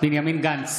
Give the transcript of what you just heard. בנימין גנץ,